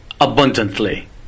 abundantly